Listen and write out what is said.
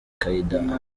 qaeda